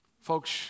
Folks